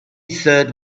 third